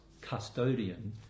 custodian